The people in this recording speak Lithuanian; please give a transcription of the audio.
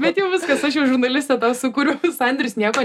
bet jau viskas aš jau žurnaliste tau sukūriau sandėris nieko